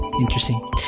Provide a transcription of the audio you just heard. interesting